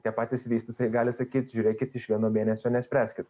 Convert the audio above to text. tie patys vystytojai gali sakyt žiūrėkit iš vieno mėnesio nespręskit